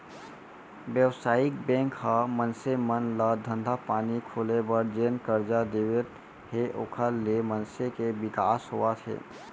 बेवसायिक बेंक ह मनसे मन ल धंधा पानी खोले बर जेन करजा देवत हे ओखर ले मनसे के बिकास होवत हे